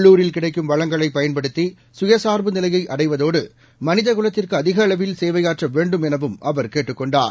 உள்ளூரில் கிடைக்கும் வளங்களைப் பயன்படுத்தி சுயசார்பு நிலையை அடைவதோடு மனிதகுலத்திற்கு அதிக அளவில் சேவையாற்ற வேண்டும் எனவும் அவர் கேட்டுக் கொண்டார்